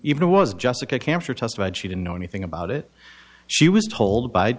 even it was just a cancer testified she didn't know anything about it she was told by